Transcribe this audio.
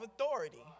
authority